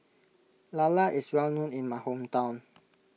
Lala is well known in my hometown